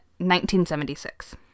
1976